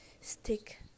stick